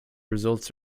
results